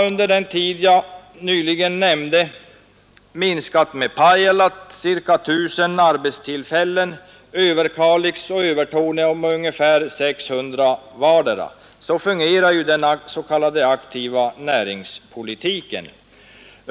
Under den tid jag nyss nämnde har det för Pajala minskat med ca 1 000 arbetstillfällen, för Överkalix och Övertorneå med ungefär 600 vardera. Så fungerar den s.k. aktiva näringspolitiken.